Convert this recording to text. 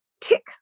tick